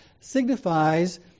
signifies